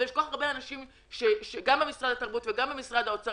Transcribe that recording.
אבל יש כל כך הרבה אנשים במשרד התרבות ובמשרד האוצר